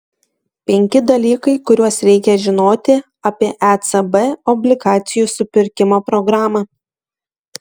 penki dalykai kuriuos reikia žinoti apie ecb obligacijų supirkimo programą